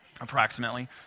approximately